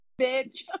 bitch